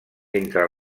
entre